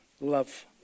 love